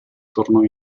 tornò